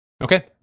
Okay